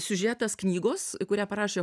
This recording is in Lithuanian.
siužetas knygos kurią parašė